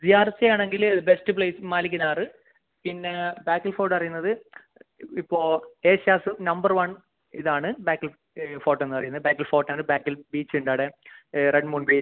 V R C ആണെങ്കിൽ best place Malik Nagar പിന്നെ Bekal Fort പറയുന്നത് ഇപ്പോൾ ഏഷ്യാസ് നമ്പർ വൺ ഇതാണ് ബേക്കൽ ഫോർട്ടെന്ന് പറയുന്ന ബേക്കൽ ഫോർട്ട് ബേക്കൽ ബീച്ചുണ്ട് അവിടെ റെഡ് മൂൺ ബീച്ച്